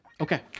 okay